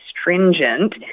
stringent